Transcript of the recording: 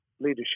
leadership